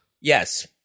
Yes